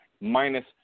minus